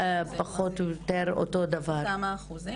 כן פחות או יותר אותו דבר, כמה אחוזים.